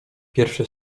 pierwsze